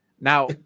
Now